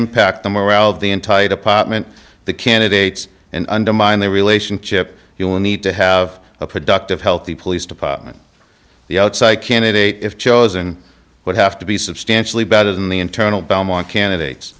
impact the morale of the in tight apartment the candidates and undermine their relationship you'll need to have a productive healthy police department the outside candidate if chosen would have to be substantially better than the internal belmont candidates